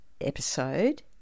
episode